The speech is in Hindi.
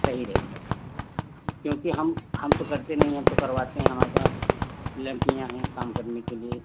सही रहेगा क्योंकि हम हम तो करते नहीं हम तो करवाते हैं हमारे पास लड़कियाँ हैं काम करने के लिए